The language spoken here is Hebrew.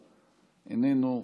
איננו,